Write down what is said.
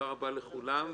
הצעת חוק בתי דין רבניים (קיום פסקי דין של גירושין)